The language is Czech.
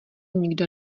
nikdo